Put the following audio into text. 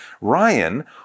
Ryan